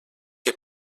que